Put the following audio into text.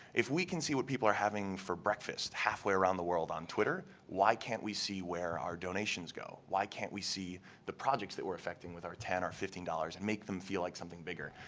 if we can see what people are having for breakfast, halfway around the world on twitter, why can't we see where our donations go? why can't we see the projects that we are affecting with our ten or fifteen dollars and make them feel like something bigger?